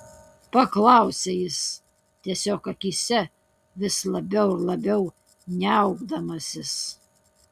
paklausė jis tiesiog akyse vis labiau ir labiau niaukdamasis